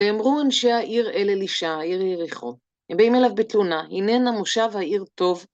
ואמרו אנשי העיר אל-אלישא, העיר ייריחו, הם באים אליו בתלונה, הננה מושב העיר טוב.